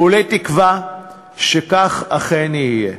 כולי תקווה שכך אכן יהיה.